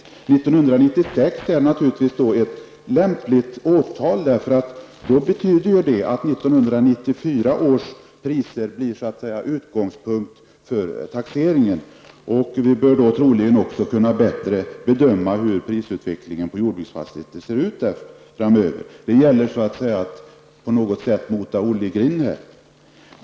År 1996 är ett lämpligt årtal, eftersom det betyder att 1994 års priser blir utgångspunkt för taxeringen. Vi bör då också troligen bättre kunna bedöma hur prisutvecklingen på jordbruksfastigheter kommer att se ut framöver. Det gäller på något sätt att här mota Olle i grind.